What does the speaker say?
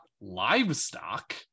livestock